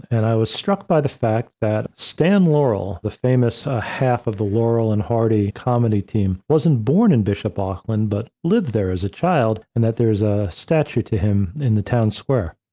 and i was struck by the fact that stan laurel, the famous half of the laurel and hardy comedy team, wasn't born in bishop auckland, but lived there as a child, and that there's a statue to him in the town square.